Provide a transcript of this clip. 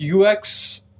UX